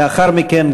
לאחר מכן,